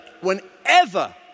whenever